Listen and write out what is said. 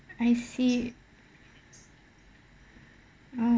I see orh